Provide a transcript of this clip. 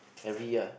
every year